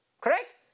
Correct